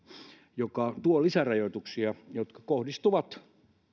joka tuo lisärajoituksia jotka kohdistuvat